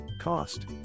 Cost